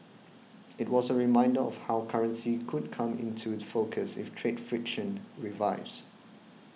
it was a reminder of how currency could come into focus if trade friction revives